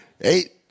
Eight